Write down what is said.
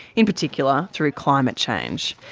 in particular through climate change.